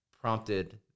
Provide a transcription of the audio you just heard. prompted